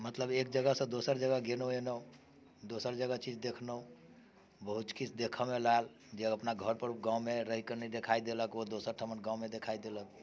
मतलब एक जगह से दोसर जगह गेलहुँ एलहुँ दोसर जगह चीज देखलहुँ बहुत किछु देखऽमे आएल जे अपना गाँवमे घर पर रहिके नहि देखाइ देलक ओ दोसर ठामक गाँवमे देखाइ देलक